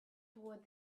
toward